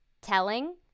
telling